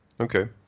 Okay